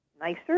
nicer